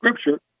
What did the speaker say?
Scripture